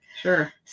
Sure